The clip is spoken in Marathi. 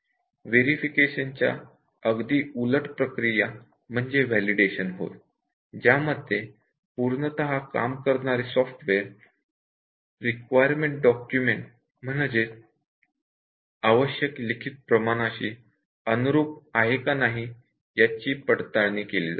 व्हेरिफिकेशन च्या अगदी उलट प्रक्रिया म्हणजे व्हॅलिडेशन होय ज्यामध्ये पूर्णतः काम करणारे सॉफ्टवेअर रिक्वायरमेंट डॉक्युमेंट शी अनुरूप आहे का नाही याची पडताळणी केली जाते